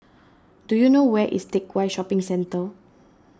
do you know where is Teck Whye Shopping Centre